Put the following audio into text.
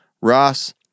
Ross